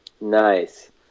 nice